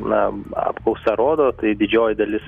na apklausa rodo tai didžioji dalis